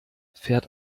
fährt